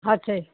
ਅੱਛਾ ਜੀ